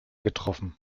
getroffen